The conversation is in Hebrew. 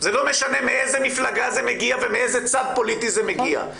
זה לא משנה מאיזו מפלגה זה מגיע ומאיזה צד פוליטי זה מגיע.